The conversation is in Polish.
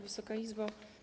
Wysoka Izbo!